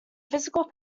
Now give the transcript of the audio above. physical